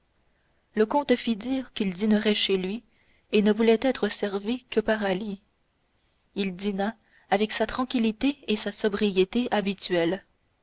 le comte fit dire qu'il dînerait seul chez lui et ne voulait être servi que par ali il dîna avec sa tranquillité et sa sobriété habituelles